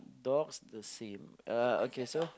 dogs the same uh okay so